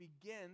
begin